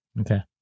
Okay